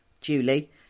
julie